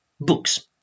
books